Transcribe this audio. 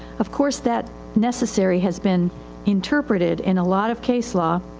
of course that necessary has been interpreted in a lot of case law.